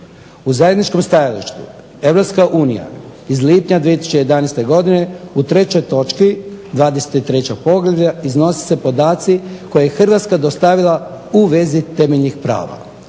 U zajedničkom stajalištu EU iz lipnja 2011. godine u trećoj točki 23. Poglavlja iznosi se podaci koje je Hrvatska dostavila u vezi temeljnih prava.